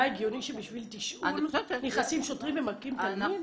הגיוני שבשביל תשאול נכנסים שוטרים ומכים תלמיד?